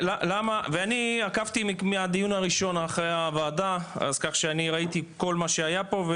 ואני עקבתי מהדיון הראשון אחרי הוועדה אז כך שאני ראיתי כל מה שהיה פה,